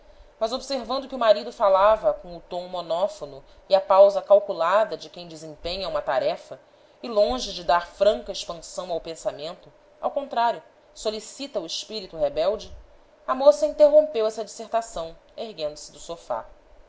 mas observando que o marido falava com o tom monófono e a pausa calculada de quem desempenha uma tarefa e longe de dar franca expansão ao pensamento ao contrário solicita o espírito rebelde a moça interrompeu essa dissertação erguendo-se do sofá